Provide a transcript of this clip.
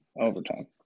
Overtime